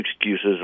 excuses